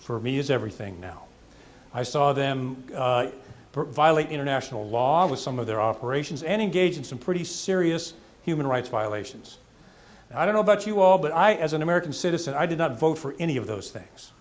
for me is everything now i saw them violate international law with some of their operations engaged in some pretty serious human rights violations i don't know about you all but i as an american citizen i did not vote for any of those things